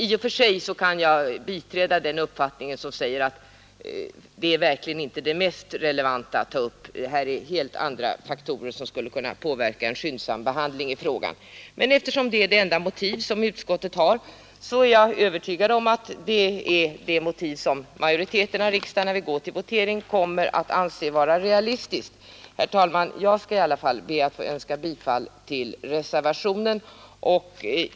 I och för sig kan jag instämma med dem som säger att det verkligen inte är det mest relevanta i detta sammanhang, men eftersom det är det enda motiv som utskottet har för sitt avslagsyrkande är jag övertygad om att det är ett motiv som majoriteten i kammaren tyvärr kommer att anse vara realistiskt. Herr talman! Jag skall be att få yrka bifall till reservationen.